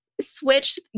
switch